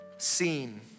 seen